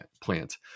plant